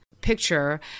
picture